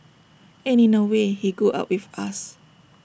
and in A way he grew up with us